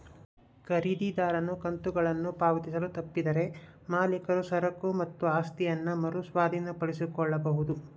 ಖರೀದಿದಾರನು ಕಂತುಗಳನ್ನು ಪಾವತಿಸಲು ತಪ್ಪಿದರೆ ಮಾಲೀಕರು ಸರಕು ಮತ್ತು ಆಸ್ತಿಯನ್ನ ಮರು ಸ್ವಾಧೀನಪಡಿಸಿಕೊಳ್ಳಬೊದು